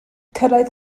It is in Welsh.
cyrraedd